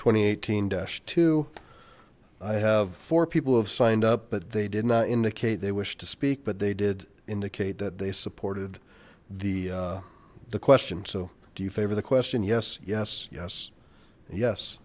and eighteen i have four people who have signed up but they did not indicate they wish to speak but they did indicate that they supported the the question so do you favor the question yes yes yes yes